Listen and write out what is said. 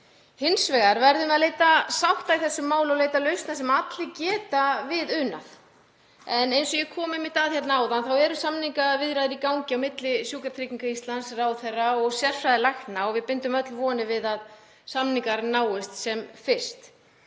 Hins vegar verðum við að leita sátta í þessu máli og leita lausna sem allir geta við unað. Eins og ég kom að hérna áðan þá eru samningaviðræður í gangi á milli Sjúkratrygginga Íslands, ráðherra og sérfræðilækna og við bindum öll vonir við að samningar náist sem fyrst.